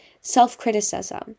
self-criticism